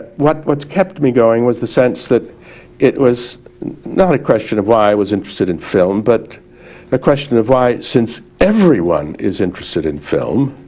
what's what's kept me going was the sense that it was not a question of why i was interested in film, but a question of why since everyone is interested in film,